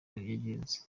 yagenze